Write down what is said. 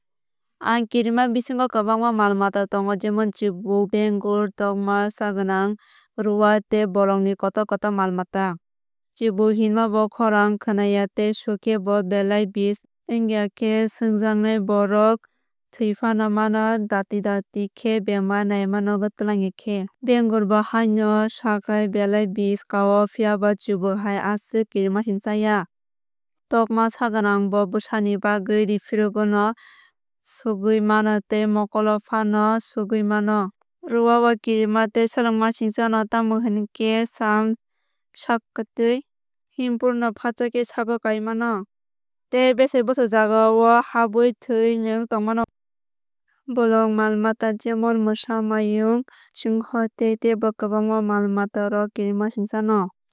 Ang kirima bisingo kwbangma mal mata tongo jemon chibuk bengur tokma sagwnang ruwa tei bolongni kotor kotor mal mata. Chibuk himma bo khorang khwnaya tei sukhe bo belai bish ongya khe sukhjaknai borok thwuifano mano doti doti khe bemar naima nogo twlangya khe. Bengur bo haino chwkhai belai bish kao phiaba chibuk hai aswk kirimasingsaya. Tokma sagwnang bo bwsani bagwui rifrigwui no sugwui mano tei mokol o fano sugwui mano. Ruwa bo kirima tei selengmasisa no tamo hinkhe sam sakhatwui himfruno fatsa khe sago kaui mano tei beser busur jagao habwui thui nwng tongmano. Bolong mal mata jemon mwsa mayung singho tei tebo kwbangma mal mata rok kirimasingsano.